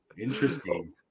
Interesting